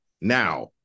now